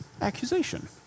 accusation